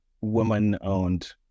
woman-owned